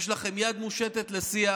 יש לכם יד מושטת לשיח.